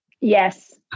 Yes